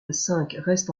reste